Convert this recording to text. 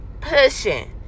pushing